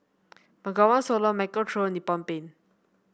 Bengawan Solo Michael Trio Nippon Paint